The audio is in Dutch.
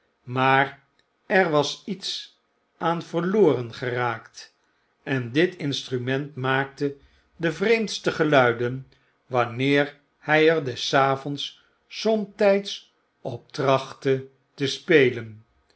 maar er was iets aan verloren geraakt en dit instrument maakte de vreemdste geluiden wanneer hy er des avonds somtyds op trachtte te spelen